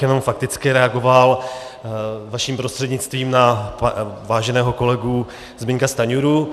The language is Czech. Jenom bych fakticky reagoval vaším prostřednictvím na váženého kolegu Zbyňka Stanjuru.